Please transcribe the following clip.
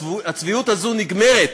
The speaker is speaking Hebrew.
הצביעות הזאת נגמרת.